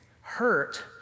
Hurt